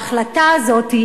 ההחלטה הזאת,